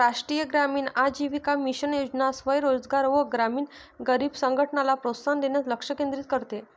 राष्ट्रीय ग्रामीण आजीविका मिशन योजना स्वयं रोजगार व ग्रामीण गरीब संघटनला प्रोत्साहन देण्यास लक्ष केंद्रित करते